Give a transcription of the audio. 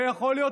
ויכול להיות,